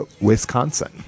Wisconsin